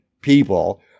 people